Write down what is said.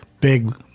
big